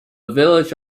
village